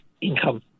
income